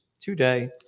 Today